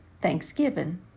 Thanksgiving